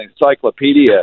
encyclopedia